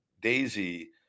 Daisy